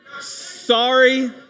Sorry